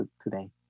today